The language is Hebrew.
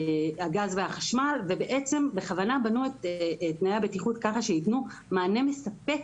הגז והחשמל ובעצם בכוונה בנו את תנאי הבטיחות כך שייתנו מענה מספק